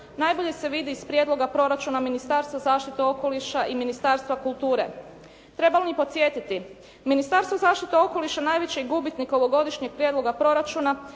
najbolje se vidi iz prijedloga proračuna Ministarstva zaštite okoliša i Ministarstva kulture. Trebam li podsjetiti Ministarstvo zaštite okoliša najveći je gubitnik ovogodišnjeg prijedloga proračuna